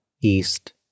east